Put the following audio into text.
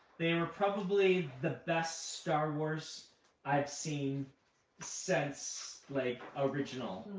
they were probably the best star wars i've seen since, like, original.